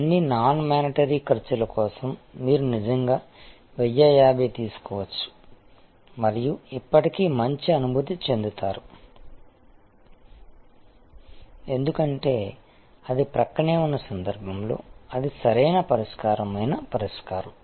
ఈ అన్ని non monetary ఖర్చుల కోసం మీరు నిజంగా 1050 తీసుకోవచ్చు మరియు ఇప్పటికీ మంచి అనుభూతి చెందుతారు ఎందుకంటే అది ప్రక్కనే ఉన్న సందర్భంలో అది సరైన పరిష్కారం అయిన పరిష్కారం